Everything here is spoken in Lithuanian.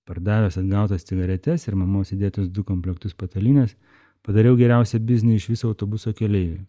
pardavęs atgautas cigaretes ir mamos įdėtus du komplektus patalynės padariau geriausią biznį iš viso autobuso keleivių